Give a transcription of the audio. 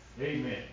Amen